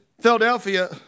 Philadelphia